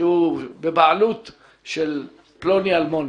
שהוא בבעלות של פלוני אלמוני.